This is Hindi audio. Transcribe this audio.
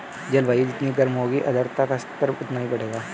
जलवायु जितनी गर्म होगी आर्द्रता का स्तर उतना ही बढ़ेगा